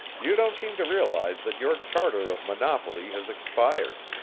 you don't seem to realize that your charter of monopoly has expired.